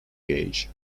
gauge